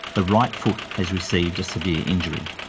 the right foot has received a severe injury.